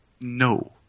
No